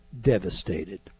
devastated